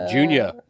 Junior